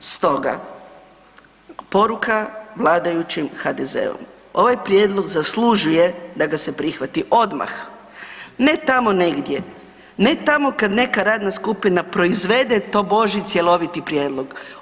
Stoga, vladajućem HDZ-u, ovaj prijedlog zaslužuje da ga se prihvati odmah, ne tamo negdje, ne tamo kad neka radna skupina proizvede tobože cjeloviti prijedlog.